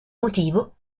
motivo